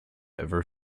ever